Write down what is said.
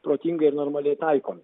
protingai ir normaliai taikomi